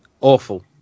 Awful